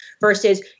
versus